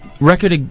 Record